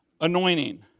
anointing